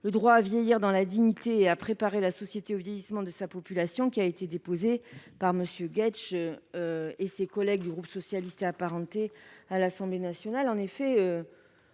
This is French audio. le droit à vieillir dans la dignité et à préparer la société au vieillissement de sa population, déposée par M. Jérôme Guedj et ses collègues du groupe socialistes et apparentés à l’Assemblée nationale. Actuellement,